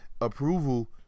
approval